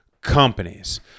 companies